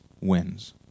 wins